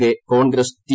K കോൺഗ്രസ്ടി